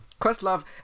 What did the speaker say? Questlove